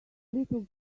little